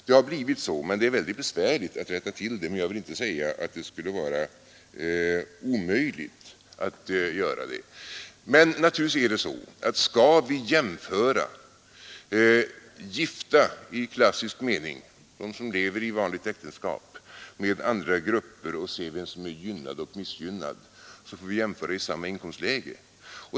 Det har blivit så, och det är väldigt besvärligt att rätta till det, men jag vill inte säga att det skulle vara omöjligt att göra det. Skall vi jämföra gifta i klassisk mening — sådana som lever i vanligt äktenskap — med andra grupper och se vem som är gynnad och vem som är missgynnad, får vi naturligtvis jämföra i samma inkomstläge.